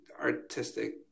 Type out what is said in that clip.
artistic